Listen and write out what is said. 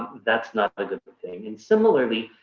that's not a good thing. and similarly,